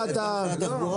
בתחבורה